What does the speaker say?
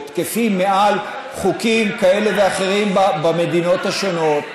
או תקפים מעל חוקים כאלה ואחרים במדינות השונות.